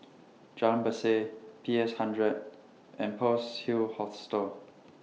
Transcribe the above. Jalan Berseh P S hundred and Pearl's Hill Hostel